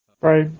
Right